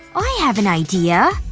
i have an idea!